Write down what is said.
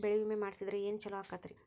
ಬೆಳಿ ವಿಮೆ ಮಾಡಿಸಿದ್ರ ಏನ್ ಛಲೋ ಆಕತ್ರಿ?